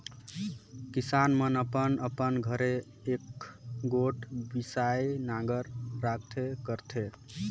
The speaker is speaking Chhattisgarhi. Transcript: किसान मन अपन अपन घरे एकक गोट बियासी नांगर राखबे करथे